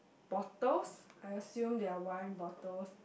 bottles I assume they are wine bottles